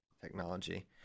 technology